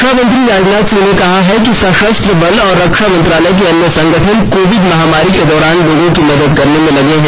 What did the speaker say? रक्षा मंत्री राजनाथ सिंह ने कहा है कि सशस्त्र बल और रक्षा मंत्रालय के अन्य संगठन कोविड महामारी के दौरान लोगों की मदद करने में लगे हैं